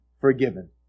forgiven